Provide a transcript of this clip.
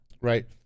right